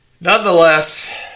nonetheless